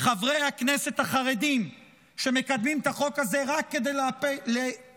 חברי הכנסת החרדים שמקדמים את החוק הזה רק כדי להגן